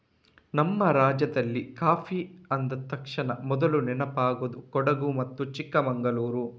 ನಮ್ಮ ರಾಜ್ಯದಲ್ಲಿ ಕಾಫಿ ಅಂದ ತಕ್ಷಣ ಮೊದ್ಲು ನೆನಪಾಗುದು ಕೊಡಗು ಮತ್ತೆ ಚಿಕ್ಕಮಂಗಳೂರು